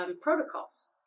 Protocols